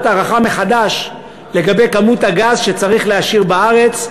הערכה מחדש לגבי כמות הגז שצריך להשאיר בארץ,